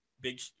big